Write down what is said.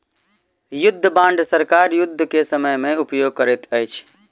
युद्ध बांड सरकार युद्ध के समय में उपयोग करैत अछि